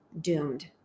doomed